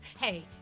Hey